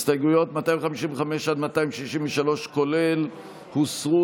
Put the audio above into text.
הסתייגויות 255 עד 263, כולל, הוסרו.